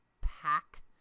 pack